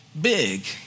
big